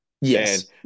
Yes